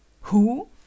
Who